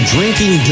Drinking